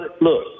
look